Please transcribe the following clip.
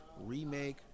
remake